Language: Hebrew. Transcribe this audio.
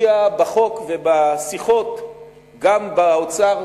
השקיע בחוק ובשיחות גם באוצר,